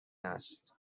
است